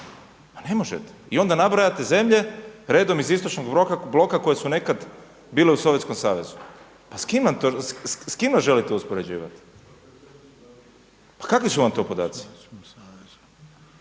Pa ne možete i onda nabrajate zemlje redom iz istočnog bloka koje su nekad bile u Sovjetskom Savezu. Pa s kim nas želite uspoređivati? Pa kakvi su vam to podaci?